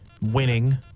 winning